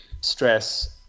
stress